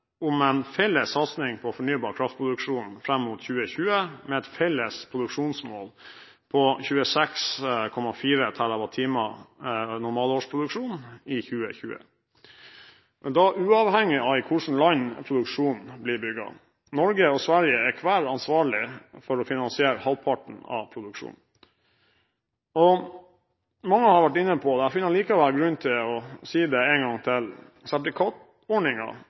om en felles satsing på fornybar kraftproduksjon fram mot 2020, med et felles produksjonsmål på 26,4 TWh normalårsproduksjon i 2020, men uavhengig av i hvilket land produksjonen blir bygget. Norge og Sverige er hver ansvarlig for å finansiere halvparten av produksjonen. Mange har vært inne på det, men jeg finner allikevel grunn til å si det: